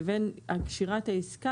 לבין קשירת העסקה,